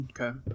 Okay